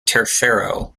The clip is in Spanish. tercero